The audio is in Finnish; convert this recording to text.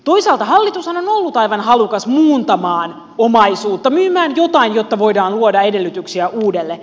toisaalta hallitushan on ollut aivan halukas muuntamaan omaisuutta myymään jotain jotta voidaan luoda edellytyksiä uudelle